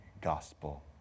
gospel